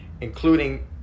including